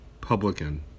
publican